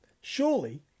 surely